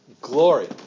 Glory